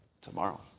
tomorrow